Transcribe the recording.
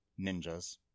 Ninjas